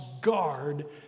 guard